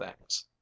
things